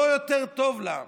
לא יותר טוב לה.